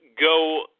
go